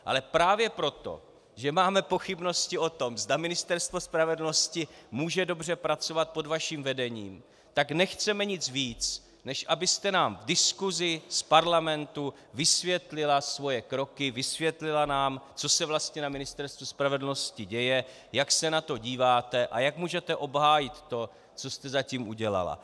Ale právě proto, že máme pochybnosti o tom, zda Ministerstvo spravedlnosti může dobře pracovat pod vaším vedením, tak nechceme nic víc, než abyste nám v diskusi z Parlamentu vysvětlila svoje kroky, vysvětlila nám, co se vlastně na Ministerstvu spravedlnosti děje, jak se na to díváte a jak můžete obhájit to, co jste zatím udělala.